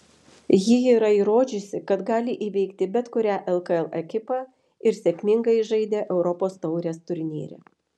ji yra įrodžiusi kad gali įveikti bet kurią lkl ekipą ir sėkmingai žaidė europos taurės turnyre